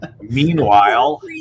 Meanwhile